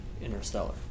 Interstellar